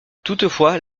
toutefois